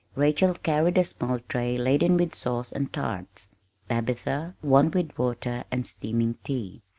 rachel carried a small tray laden with sauce and tarts tabitha, one with water and steaming tea.